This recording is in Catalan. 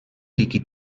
líquid